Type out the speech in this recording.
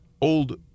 old